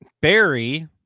Barry